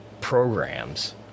programs